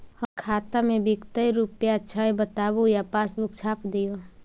हमर खाता में विकतै रूपया छै बताबू या पासबुक छाप दियो?